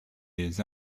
les